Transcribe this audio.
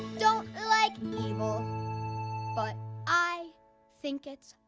don't like evil but i think it's